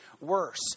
worse